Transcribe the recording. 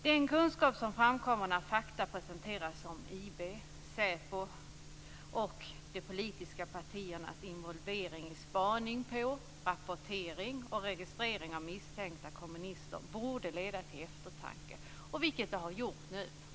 Den kunskap som framkom när fakta presenterades om IB, SÄPO och de politiska partiernas involvering i spaning, rapportering och registrering av misstänka kommunister borde leda till eftertanke. Det har den gjort nu.